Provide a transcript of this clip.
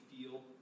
feel